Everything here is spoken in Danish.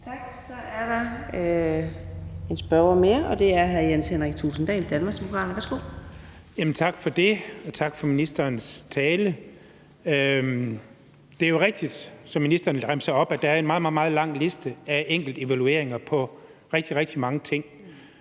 Tak. Der er en spørger mere, og det er hr. Jens Henrik Thulesen Dahl, Danmarksdemokraterne. Værsgo. Kl. 12:23 Jens Henrik Thulesen Dahl (DD): Tak for det, og tak for ministerens tale. Det er jo rigtigt, som ministeren remser op, at der er en meget, meget lang liste af enkelte evalueringer af rigtig, rigtig mange ting.